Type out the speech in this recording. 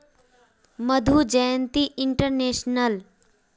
Madhu Jayanti international